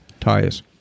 tires